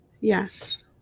yes